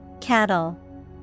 Cattle